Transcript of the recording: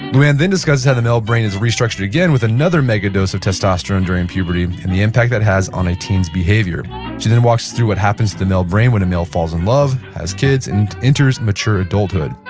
louann then discussed how the male brain is restructured again with another megadose of testosterone during puberty, and the impact that has on a teen's behavior she then walks us through what happens to the male brain when a male falls in love, has kids, and enters mature adulthood.